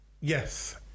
Yes